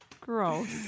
Gross